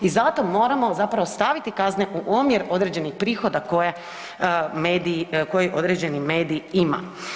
I zato moramo zapravo staviti kazne u omjer određenih prihoda koje određeni medij ima.